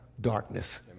darkness